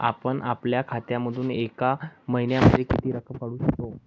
आपण आपल्या खात्यामधून एका महिन्यामधे किती रक्कम काढू शकतो?